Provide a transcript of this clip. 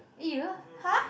!eeyer! !huh!